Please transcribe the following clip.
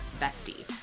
Bestie